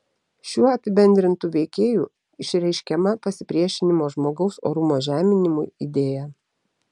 šiuo apibendrintu veikėju išreiškiama pasipriešinimo žmogaus orumo žeminimui idėja